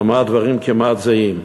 הוא אמר דברים כמעט זהים.